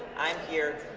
i'm here,